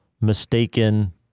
mistaken